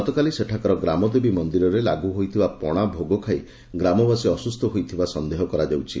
ଗତକାଲି ସେଠାକାର ଗ୍ରାମଦେବୀ ମନ୍ଦିରରେ ଲାଗି ହୋଇଥିବା ପଣା ଭୋଗ ଖାଇ ଗ୍ରାମବାସୀ ଅସୁସ୍ଥ ହୋଇଥିବା ସନ୍ଦେହ କରାଯାଉଛି